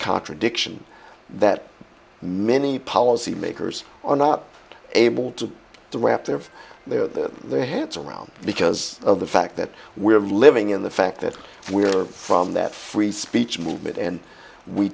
contradiction that many policy makers are not able to to wrap their of the their heads around because of the fact that we're living in the fact that we are from that free speech movement and we